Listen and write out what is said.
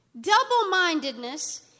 Double-mindedness